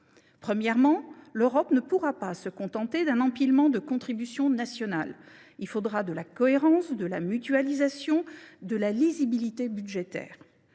d’abord, l’Europe ne pourra pas se contenter d’un empilement de contributions nationales. Il faudra de la cohérence, de la mutualisation et de la lisibilité budgétaire.